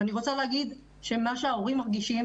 אני רוצה להגיד שמה שההורים מרגישים,